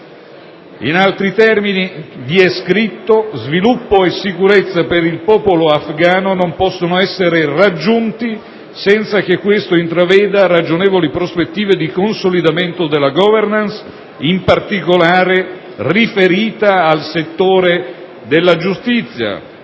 in altri termini, sviluppo e sicurezza per il popolo afgano non possono essere raggiunti senza che questo intraveda ragionevoli prospettive di consolidamento della *Governance*, in particolare riferita al settore della giustizia;